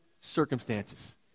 circumstances